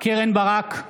קרן ברק,